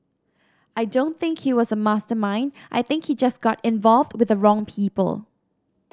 I don't think he was a mastermind I think he just got involved with the wrong people